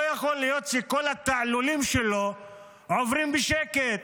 לא יכול להיות שכל התעלולים שלו עוברים בשקט.